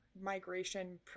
migration